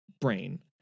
brain